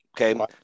okay